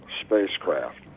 spacecraft